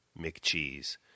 McCheese